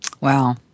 Wow